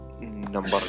number